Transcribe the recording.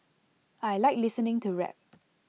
I Like listening to rap